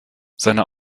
seine